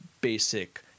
basic